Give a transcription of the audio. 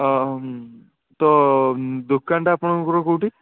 ହଁ ତ ଦୋକାନଟା ଆପଣଙ୍କର କେଉଁଠି